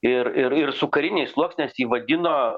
ir ir ir su kariniais sluoksniais jį vadino